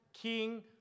king